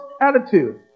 attitude